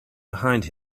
behind